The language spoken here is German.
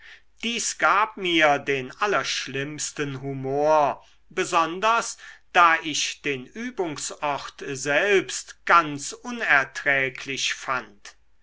dies gab mir den allerschlimmsten humor besonders da ich den übungsort selbst ganz unerträglich fand